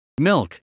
milk